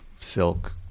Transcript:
silk